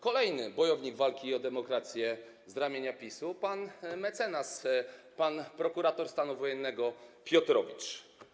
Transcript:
Kolejny bojownik walczący o demokrację z ramienia PiS-u - pan mecenas, pan prokurator stanu wojennego Piotrowicz.